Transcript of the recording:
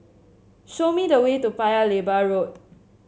show me the way to Paya Lebar Road